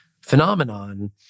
phenomenon